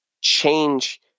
change